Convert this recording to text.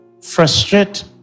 frustrate